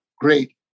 great